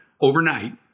overnight